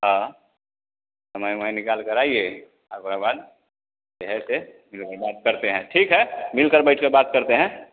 हाँ समय ओमय निकालकर आइए ओकरे बाद यहीं पर मिल कर बात करते हैं ठीक है मिलकर बैठकर बात करते हैं